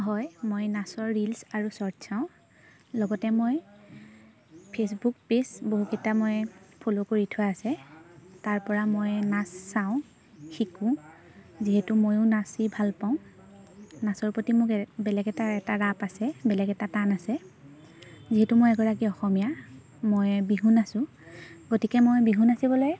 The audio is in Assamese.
হয় মই নাচৰ ৰিলছ আৰু শ্বৰ্ট চাওঁ লগতে মই ফেচবুক পেজ বহুকেইটা মই ফ'ল' কৰি থোৱা আছে তাৰপৰা মই নাচ চাওঁ শিকোঁ যিহেতু ময়ো নাচি ভাল পাওঁ নাচৰ প্ৰতি মোক বেলেগ এটা এটা ৰাপ আছে বেলেগ এটা টান আছে যিহেতু মই এগৰাকী অসমীয়া মই বিহু নাচোঁ গতিকে মই বিহু নাচিবলৈ